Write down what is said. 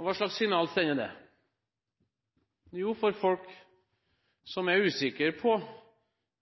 Hva slags signal sender det? Jo, for folk som er usikre på